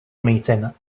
meeting